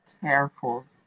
careful